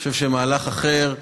אני חושב שמהלך אחר,